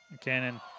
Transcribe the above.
Cannon